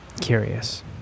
Curious